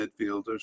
midfielders